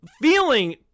Feeling